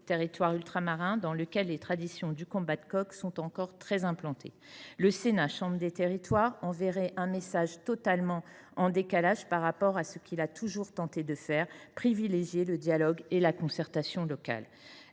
territoires ultramarins où la tradition des combats de coqs est encore très implantée. Le Sénat, chambre des territoires, enverrait alors un message totalement en décalage par rapport à ce qu’il tente toujours de faire : privilégier le dialogue et la concertation locale.